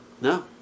No